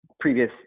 previous